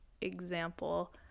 example